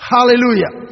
Hallelujah